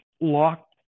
locked